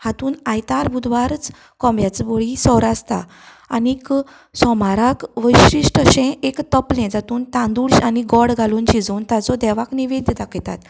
हातूंत आयतार बुधवारच कोंब्यांचो बळी सोरो आसता आनीक सोमाराक वैशिश्ट अशें एक तपलें जातून तांदूळ शिजयता आनी गोड घालून शिजोवन ताजो देवाक नेवैद्द दाखयतात